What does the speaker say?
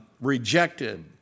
rejected